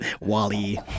Wally